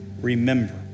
remember